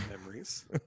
memories